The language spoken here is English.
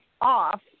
off